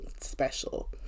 special